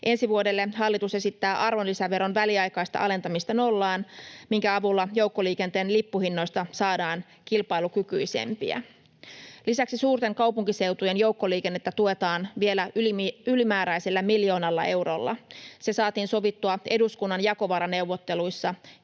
Ensi vuodelle hallitus esittää arvonlisäveron väliaikaista alentamista nollaan, minkä avulla joukkoliikenteen lippuhinnoista saadaan kilpailukykyisempiä. Lisäksi suurten kaupunkiseutujen joukkoliikennettä tuetaan vielä ylimääräisellä miljoonalla eurolla. Se saatiin sovittua eduskunnan jakovaraneuvotteluissa